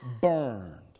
burned